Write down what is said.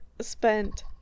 spent